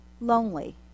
Lonely